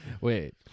Wait